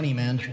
man